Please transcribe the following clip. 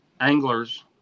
anglers